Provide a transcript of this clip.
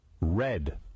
red